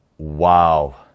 Wow